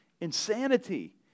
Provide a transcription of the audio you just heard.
insanity